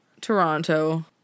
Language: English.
toronto